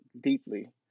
deeply